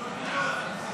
סימון דוידסון,